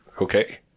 okay